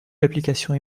l’application